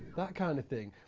that kind of thing.